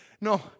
no